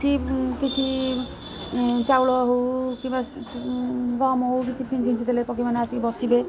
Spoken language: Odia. ଏଠି କିଛି ଚାଉଳ ହଉ କିମ୍ବା ହଉ କିଛି ଦେଲେ ପକ୍ଷୀମାନେ ଆସିକି ବସିବେ